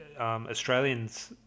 Australians